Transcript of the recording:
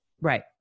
right